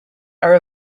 are